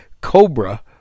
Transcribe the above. cobra